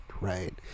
right